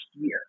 year